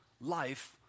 life